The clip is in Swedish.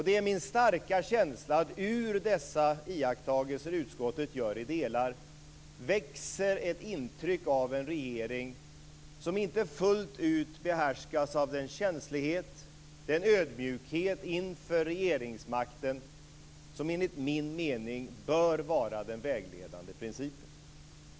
Det är min starka känsla att ur dessa iakttagelser utskottet gör i delar, växer ett intryck av en regering som inte fullt ut behärskas av den känslighet, den ödmjukhet, inför regeringsmakten som, enligt min mening, bör vara den vägledande principen.